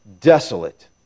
desolate